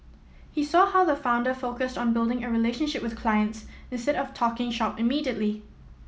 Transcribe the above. he saw how the founder focused on building a relationship with clients instead of talking shop immediately